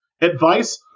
advice